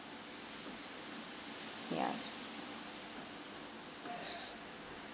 ya